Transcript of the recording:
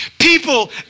People